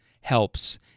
helps